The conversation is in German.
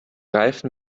reifen